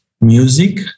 music